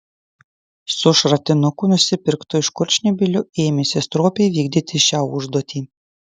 su šratinuku nusipirktu iš kurčnebylio ėmėsi stropiai vykdyti šią užduotį